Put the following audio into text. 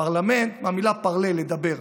פרלמנט, מהמילה parler, לדבר.